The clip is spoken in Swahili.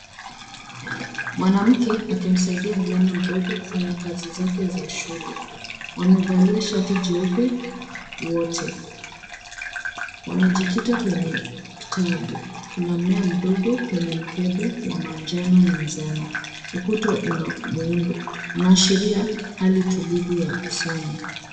Mwanamke akimsaidia mvulana mdogo kufanya kazi zake za shule. Wamevalia shati jeupe, wote. Wamejikita kwenye kitabu. Kuna mmea mdogo kwenye mkebe wa manjano mezani. Ukuta una muundo. Unaashiria hali tulivu ya kusoma.